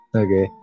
okay